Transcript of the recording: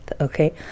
okay